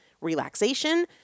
relaxation